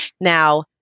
Now